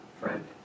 friend